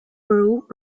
borough